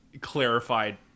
clarified